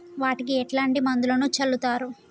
వాటికి ఎట్లాంటి మందులను చల్లుతరు?